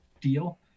deal